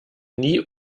nie